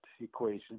equation